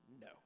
no